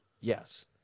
yes